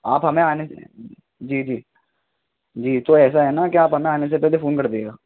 آپ ہمیں آنے سے جی جی جی تو ایسا ہے نا کہ آپ ہمیں آنے سے پہلے فون کر دیجیے گا